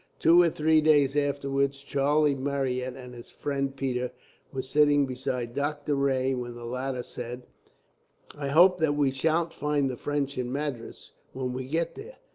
two or three days afterwards, charlie marryat and his friend peters were sitting beside doctor rae, when the latter said i hope that we sha'n't find the french in madras when we get there.